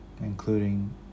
Including